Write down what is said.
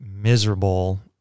miserable